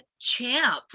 champ